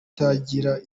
itagira